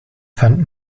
fand